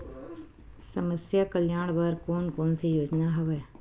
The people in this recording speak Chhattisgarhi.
समस्या कल्याण बर कोन कोन से योजना हवय?